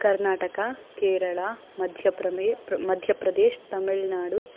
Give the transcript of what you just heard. कर्नाटका केरळा मध्यप्रमे मध्यप्रदेशः तमिळ्नाडु